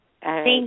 Thank